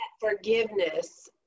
forgiveness